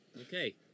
okay